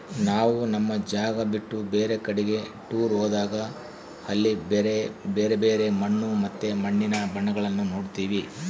ನಾವು ನಮ್ಮ ಜಾಗ ಬಿಟ್ಟು ಬೇರೆ ಕಡಿಗೆ ಟೂರ್ ಹೋದಾಗ ಅಲ್ಲಿ ಬ್ಯರೆ ಬ್ಯರೆ ಮಣ್ಣು ಮತ್ತೆ ಮಣ್ಣಿನ ಬಣ್ಣಗಳನ್ನ ನೋಡ್ತವಿ